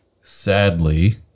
sadly